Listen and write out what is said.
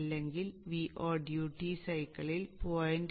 അല്ലെങ്കിൽ Vo duty സൈക്കിളിൽ 0